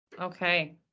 Okay